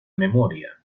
memoria